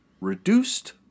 reduced